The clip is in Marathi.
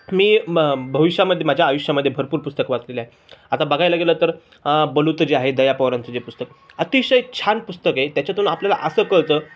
मी मग भविष्यामध्ये माझ्या आयुष्यामध्ये भरपूर पुस्तकं वाचलेली आहे आता बघायला गेलं तर बलुतं जे आहे दया पवारांचं जे पुस्तक अतिशय छान पुस्तक आहे त्याच्यातून आपल्याला असं कळतं